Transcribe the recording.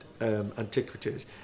antiquities